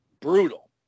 brutal